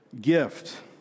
gift